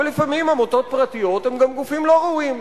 אבל לפעמים עמותות פרטיות הן גם גופים לא ראויים.